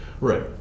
Right